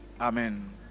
Amen